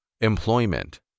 Employment